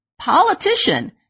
politician